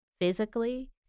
physically